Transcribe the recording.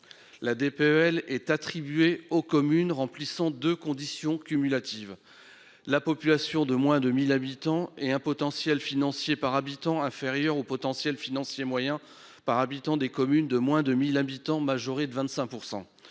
La DPEL est attribuée aux communes remplissant deux conditions cumulatives : une population de moins de 1 000 habitants et un potentiel financier par habitant inférieur au potentiel financier par habitant moyen des communes de moins de 1 000 habitants, majoré de 25 %.